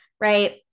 right